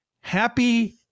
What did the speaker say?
happy